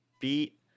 beat